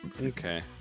Okay